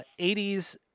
80s